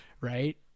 right